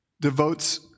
devotes